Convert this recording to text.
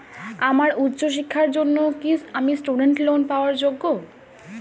আমার উচ্চ শিক্ষার জন্য কি আমি স্টুডেন্ট লোন পাওয়ার যোগ্য?